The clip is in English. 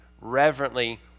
reverently